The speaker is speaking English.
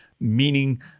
meaning